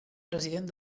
president